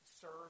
serve